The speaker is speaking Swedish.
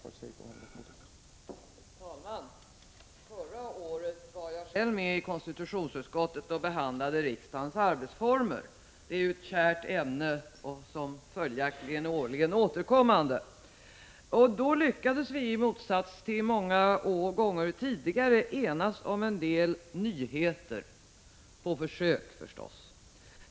Herr talman! Förra året satt jag själv med i konstitutionsutskottet och behandlade frågan om riksdagens arbetsformer. Det är ett kärt ämne, som följaktligen är årligen återkommande. Då lyckades vi i motsats till många gånger tidigare enas om en del nyheter — på försök förstås.